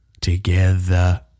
together